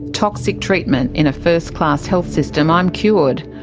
toxic treatment in a first-class health system, i'm cured.